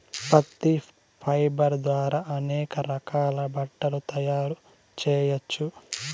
పత్తి ఫైబర్ ద్వారా అనేక రకాల బట్టలు తయారు చేయచ్చు